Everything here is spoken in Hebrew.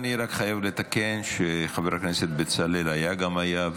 אני רק חייב לתקן שחבר הכנסת בצלאל היה גם היה,